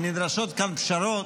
ונדרשות כאן פשרות,